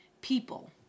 people